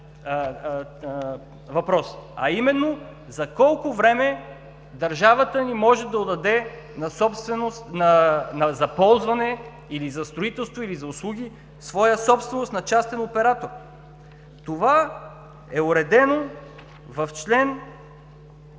въпрос, а именно за колко време държавата ни може да отдаде за ползване или за строителство, или за услуги своя собственост на частен оператор. Това е уредено в чл.